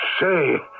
say